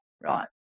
right